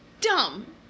dumb